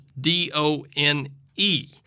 d-o-n-e